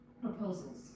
proposals